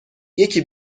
یکی